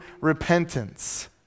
repentance